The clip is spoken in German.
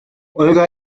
olga